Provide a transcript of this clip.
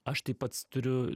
aš tai pats turiu